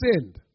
sinned